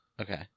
Okay